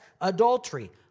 adultery